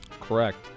Correct